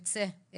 יוצא,